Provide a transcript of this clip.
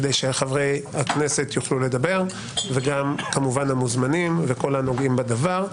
כדי שחברי הכנסת יוכלו לדבר וגם כמובן המוזמנים וכל הנוגעים בדבר.